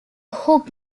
hop